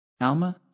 Alma